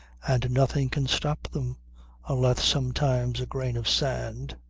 and nothing can stop them unless, sometimes, a grain of sand.